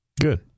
Good